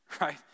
right